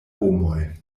homoj